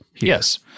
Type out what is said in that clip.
Yes